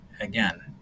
again